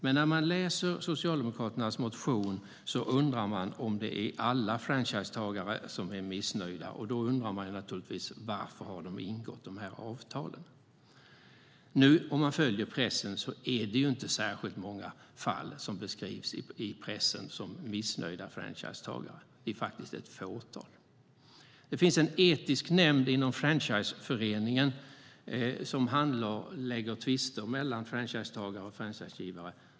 Men när man läser Socialdemokraternas motion undrar man om alla franchisetagare är missnöjda, och då undrar man varför de har ingått de här avtalen. Om man följer pressen ser man att det inte är särskilt många fall med missnöjda franchisetagare som beskrivs. Det är faktiskt ett fåtal. Det finns en etisk nämnd inom franchiseföreningen som handlägger tvister mellan franchisetagare och franchisegivare.